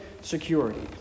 security